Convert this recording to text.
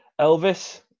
Elvis